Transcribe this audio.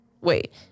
Wait